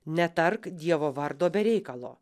netark dievo vardo be reikalo